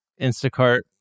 Instacart